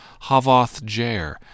Havoth-Jair